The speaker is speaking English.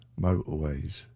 motorways